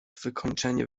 wykończenie